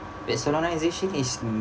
that solemnisation is mm